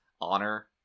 honor